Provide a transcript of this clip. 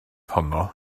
honno